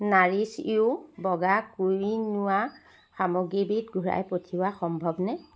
Nourish য়ু বগা quinoa সামগ্ৰীবিধ ঘূৰাই পঠিওৱা সম্ভৱনে